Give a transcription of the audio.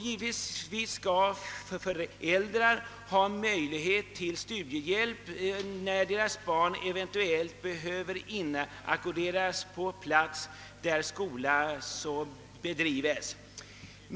Givetvis bör också studiebidrag utgå när utlandssvenskars barn eventuellt behöver inackorderas på plats där skola finnes.